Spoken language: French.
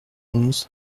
onze